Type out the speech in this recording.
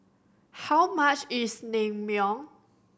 how much is Naengmyeon